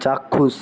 চাক্ষুষ